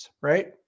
right